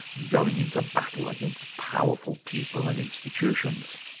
going into battle against powerful people and institutions.